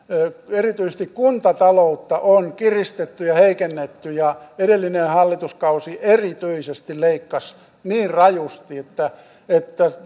erityisesti kuntataloutta on kiristetty ja heikennetty ja edellinen hallituskausi erityisesti leikkasi niin rajusti että että